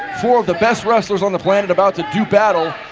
four of the best wrestlers on the planet about to do battle,